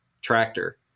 tractor